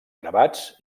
gravats